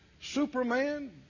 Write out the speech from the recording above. Superman